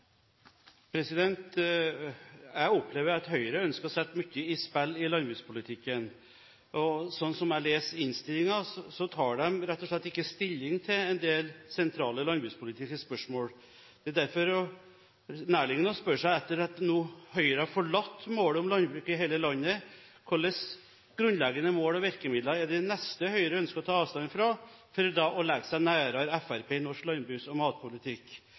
Jeg opplever at Høyre ønsker å sette mye i spill i landbrukspolitikken, og sånn som jeg leser innstillingen, tar de rett og slett ikke stilling til en del sentrale landbrukspolitiske spørsmål. Derfor er det nærliggende å spørre seg om Høyre har forlatt målet om landbruk i hele landet. Hva slags grunnleggende mål og virkemidler er det neste Høyre ønsker å ta avstand fra for å legge seg nærmere Fremskrittspartiet i norsk landbruks- og matpolitikk?